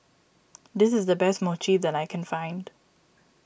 this is the best Mochi that I can find